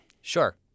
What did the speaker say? Sure